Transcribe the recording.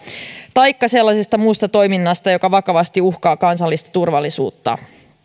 taikka sellaisesta muusta toiminnasta joka vakavasti uhkaa kansallista turvallisuutta